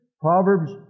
Proverbs